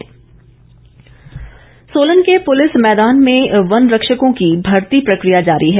भर्ती सोलन के पुलिस मैदान में वन रक्षकों की भर्ती प्रक्रिया जारी है